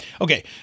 Okay